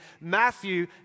Matthew